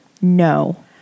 No